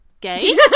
gay